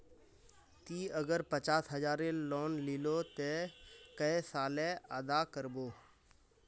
ती अगर पचास हजारेर लोन लिलो ते कै साले अदा कर बो?